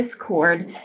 discord